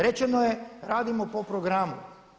Rečeno je radimo po programu.